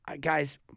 guys